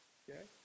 okay